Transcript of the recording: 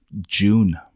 June